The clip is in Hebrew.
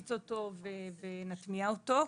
נפיץ אותו ונטמיע אותו.